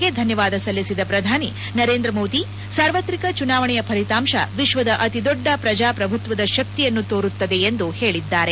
ಗಣ್ಯರ ಅಭಿನಂದನೆಗೆ ಧನ್ಯವಾದ ಸಲ್ಲಿಸಿರುವ ಪ್ರಧಾನಿ ನರೇಂದ್ರ ಮೋದಿ ಸಾರ್ವತ್ರಿಕ ಚುನಾವಣೆಯ ಫಲಿತಾಂಶ ವಿಶ್ವದ ಅತಿ ದೊಡ್ಡ ಪ್ರಜಾಪ್ರಭುತ್ವದ ಶಕ್ತಿಯನ್ನು ತೋರುತ್ತದೆ ಎಂದು ಹೇಳಿದ್ದಾರೆ